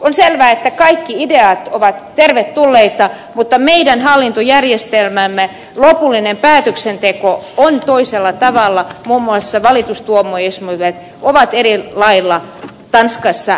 on selvää että kaikki ideat ovat tervetulleita mutta meidän hallintojärjestelmässämme lopullinen päätöksenteko on toisella tavalla muun muassa valitustuomioistuimet ovat eri lailla suomessa kuin tanskassa